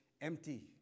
empty